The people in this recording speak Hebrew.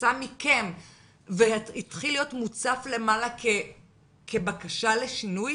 יצא מכם והתחיל להיות מוצף למעלה כבקשה לשינוי